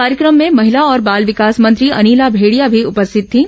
कार्यक्रम में महिला और बाल विकास मंत्री अनिला मेंडिया भी उपस्थित थीं